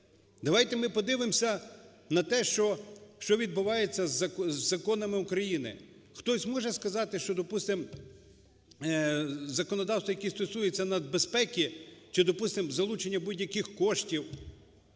Давайте ми подивимося на те, що відбувається з законами України. Хтось може сказати, що допустимо законодавство, яке стосується нацбезпеки, чи допустимо залучення будь-яких коштів